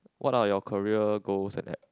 what are your career goals as